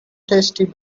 tasty